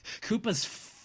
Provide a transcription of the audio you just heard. Koopa's